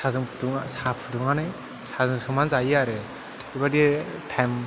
साजों फुदुंनानै साजों सा फुदुंनानै साजों सोमना जायो आरो बेबादि थाइम